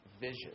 vision